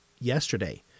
yesterday